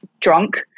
drunk